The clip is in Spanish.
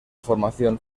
formación